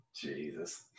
Jesus